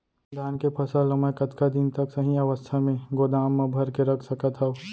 धान के फसल ला मै कतका दिन तक सही अवस्था में गोदाम मा भर के रख सकत हव?